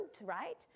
right